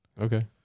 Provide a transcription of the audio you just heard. Okay